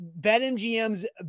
BetMGM's